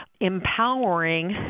empowering